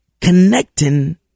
connecting